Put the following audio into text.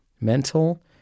mental